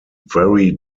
very